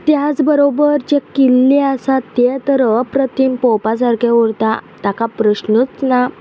त्याच बरोबर जे किल्ले आसात ते तर अप्रती पोवपा सारके उरता ताका प्रस्नूच ना